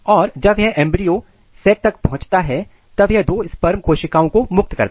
और जब यह एंब्रियो सेट तक पहुंचता है तब यह दो स्पर्म कोशिकाओं को मुक्त करता है